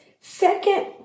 Second